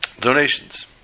Donations